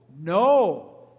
no